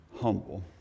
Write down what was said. humble